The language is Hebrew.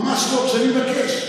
ממש לא, כשאני מבקש.